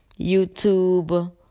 YouTube